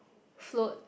float